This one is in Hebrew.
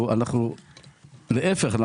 להיפך,